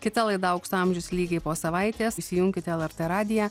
kita laida aukso amžius lygiai po savaitės įsijunkite lrt radiją